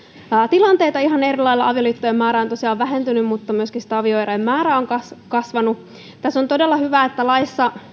tilanteita ihan eri lailla avioliittojen määrä on tosiaan vähentynyt mutta myöskin sitten avioerojen määrä on kasvanut on todella hyvä että laissa